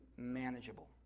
manageable